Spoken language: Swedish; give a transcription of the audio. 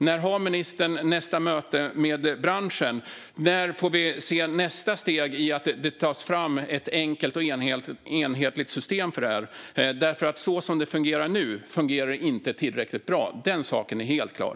När har ministern nästa möte med branschen, och när får vi se nästa steg mot att ta fram ett enkelt och enhetligt system för detta? Som det fungerar nu är det inte tillräckligt bra - den saken är helt klar.